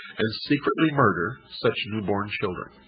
and secretly murder such newborn children.